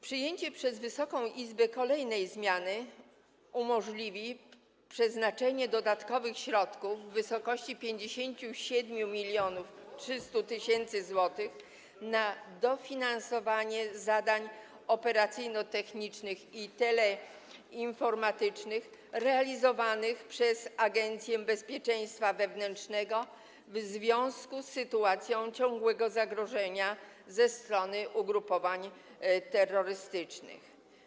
Przyjęcie przez Wysoka Izbę kolejnej zmiany umożliwi przeznaczenie dodatkowych środków w wysokości 57 300 tys. zł na dofinansowanie zadań operacyjno-technicznych i teleinformatycznych realizowanych przez Agencję Bezpieczeństwa Wewnętrznego w związku z sytuacją ciągłego zagrożenia ze strony ugrupowań terrorystycznych.